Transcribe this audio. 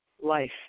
life